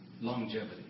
longevity